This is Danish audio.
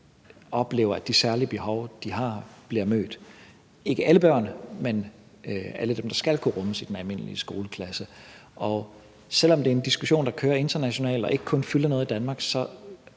oplever, at de særlige behov, de har, bliver mødt, altså alle de børn, der skal kunne rummes i den almindelige skoleklasse. Og selv om det er en diskussion, der kører internationalt og ikke kun fylder noget i Danmark, så